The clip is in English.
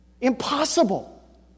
Impossible